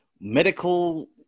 medical